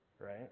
right